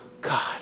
God